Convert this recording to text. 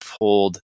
pulled